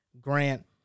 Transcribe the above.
Grant